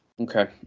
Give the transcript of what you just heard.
Okay